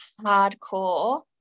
hardcore